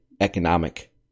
economic